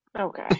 okay